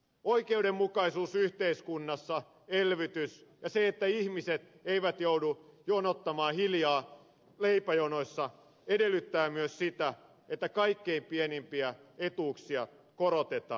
oikeudenmukaisuus yhteiskunnassa elvytys ja se että ihmiset eivät joudu jonottamaan hiljaa leipäjonoissa edellyttää myös sitä että kaikkein pienimpiä etuuksia korotetaan